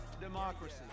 democracy